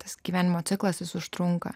tas gyvenimo ciklas užtrunka